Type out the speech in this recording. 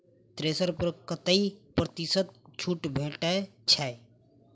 Thresher पर कतै प्रतिशत छूट भेटय छै?